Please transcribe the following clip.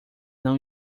não